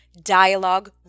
dialogue